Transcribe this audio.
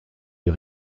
est